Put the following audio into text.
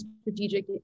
strategic